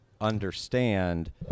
understand